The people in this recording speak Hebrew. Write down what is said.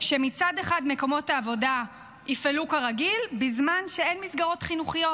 שמצד אחד מקומות העבודה יפעלו כרגיל בזמן שאין מסגרות חינוכיות.